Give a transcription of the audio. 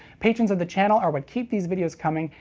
patrons of the channel are what keep these videos coming,